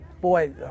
Boy